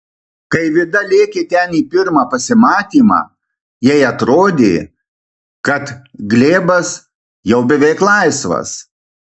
kai vida lėkė ten į pirmą pasimatymą jai atrodė kad glėbas jau beveik laisvas